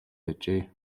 байжээ